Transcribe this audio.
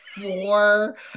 Four